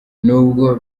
nubwo